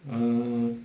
uh